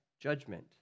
judgment